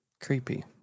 Creepy